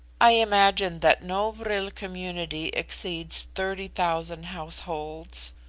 i imagine that no vril community exceeds thirty-thousand households.